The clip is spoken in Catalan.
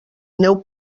neu